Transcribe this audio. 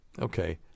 Okay